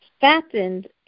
fattened